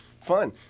Fun